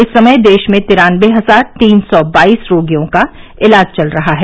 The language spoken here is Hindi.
इस समय देश में तिरानबे हजार तीन सौ बाईस रोगियों का इलाज चल रहा है